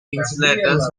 insulators